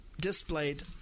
displayed